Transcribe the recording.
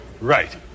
Right